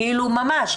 ממש,